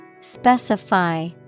specify